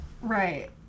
Right